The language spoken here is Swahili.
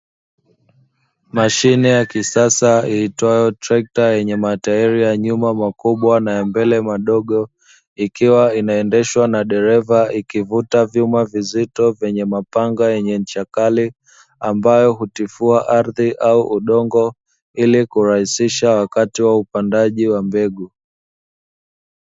Mashine ya kisasa iitwayo trekta yenye matairi ya nyuma makubwa na ya mbele madogo, ikiwa inaendeshwa na dereva, ikivuta vyuma vizito vyenye mapanga yenye ncha kali, ambayo hutifua ardhi au udongo ili kurahisisha wakati wa upandaji wa mbegu.